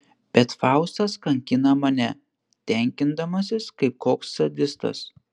bet faustas kankina mane tenkindamasis kaip koks sadistas